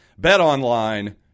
BetOnline